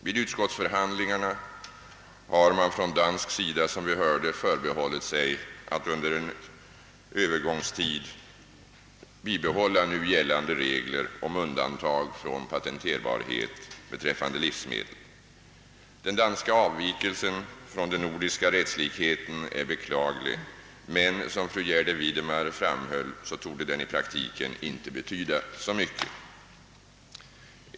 Vid utskottsförhandlingarna har man från dansk sida, såsom vi hörde, förbehållit sig att under en övergångstid tillämpa nu gällande regler om undantag från patenterbarhet beträffande livsmedel. Den danska avvikeisen från den nordiska rättslikheten är beklaglig, men som fru Gärde Widemar framhöll torde den i praktiken inte betyda så mycket.